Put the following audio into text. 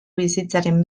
bizitzaren